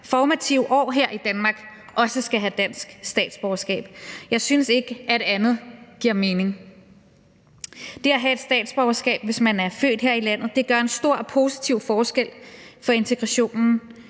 formative år her i Danmark, også skal have dansk statsborgerskab. Jeg synes ikke, at andet giver mening. Det at have et statsborgerskab, hvis man er født her i landet, gør en stor og positiv forskel for integrationen,